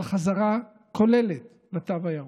על חזרה כוללת לתו הירוק,